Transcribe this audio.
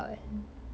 I don't know